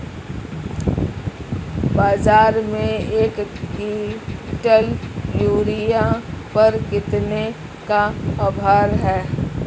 बाज़ार में एक किवंटल यूरिया पर कितने का ऑफ़र है?